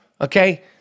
Okay